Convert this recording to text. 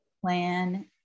plan